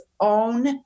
own